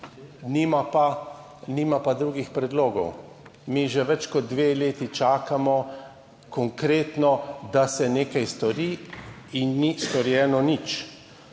nima pa drugih predlogov. Mi že več kot dve leti čakamo konkretno, da se nekaj stori in ni storjeno nič.